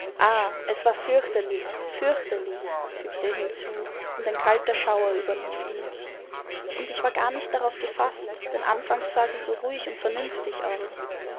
es war fürchterlich fürchterlich fügte er hinzu und ein kalter schauer überlief ihn und ich war gar nicht darauf gefaßt denn anfangs sah sie so ruhig und vernünftig aus